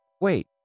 Wait